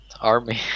army